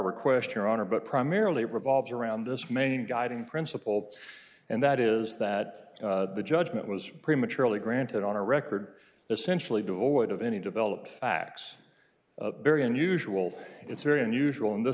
request your honor but primarily revolves around this main guiding principle and that is that the judgment was prematurely granted on a record essentially devoid of any developed facts very unusual it's very unusual in this